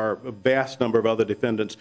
are a bast number of other defendants